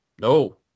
No